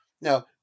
Now